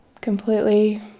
Completely